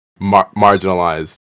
marginalized